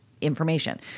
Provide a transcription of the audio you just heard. information